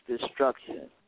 destruction